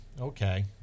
okay